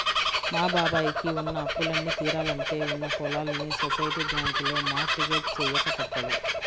మా బాబాయ్ కి ఉన్న అప్పులన్నీ తీరాలంటే ఉన్న పొలాల్ని సొసైటీ బ్యాంకులో మార్ట్ గేజ్ చెయ్యక తప్పదు